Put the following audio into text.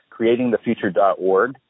creatingthefuture.org